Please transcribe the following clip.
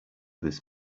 this